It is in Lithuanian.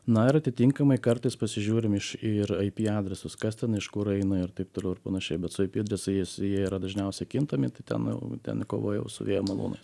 na ir atitinkamai kartais pasižiūrim iš ir ip adresus kas ten iš kur eina ir taip toliau ir panašiai bet su ip adresais jie yra dažniausia kintami tai ten jau ten kova jau su vėjo malūnais